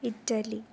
Italy